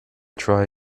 try